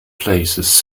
places